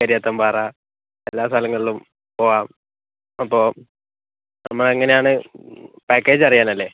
കരിയാത്തൻപാറ എല്ലാ സ്ഥലങ്ങളിലും പോവാം അപ്പോൾ നമ്മൾ എങ്ങനെയാണ് പാക്കേജ് അറിയാനല്ലേ